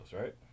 right